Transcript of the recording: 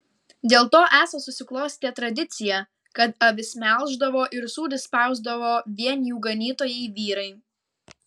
dėl to esą susiklostė tradicija kad avis melždavo ir sūrį spausdavo vien jų ganytojai vyrai